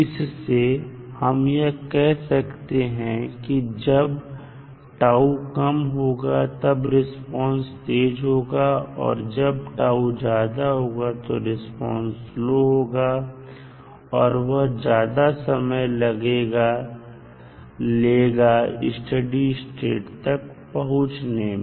इससे हम यह कह सकते हैं कि जब τ कम होगा तब रिस्पांस तेज होगा और जब τ ज्यादा होगा तब रिस्पांस स्लो होगा और वह ज्यादा समय लगेगा स्टडी स्टेट तक पहुंचने में